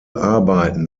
arbeiten